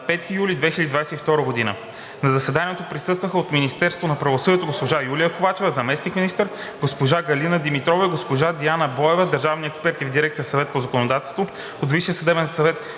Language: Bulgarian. на 5 юли 2022 г. На заседанието присъстваха: от Министерството на правосъдието госпожа Юлия Ковачева – заместник-министър; госпожа Галина Димитрова и госпожа Диана Боева – държавни експерти в дирекция „Съвет по законодателството“; от Висшия съдебен съвет